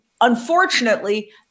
unfortunately